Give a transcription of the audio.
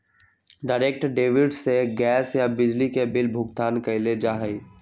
direct debit से gas या बिजली के बिल भुगतान कइल जा हई